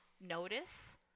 notice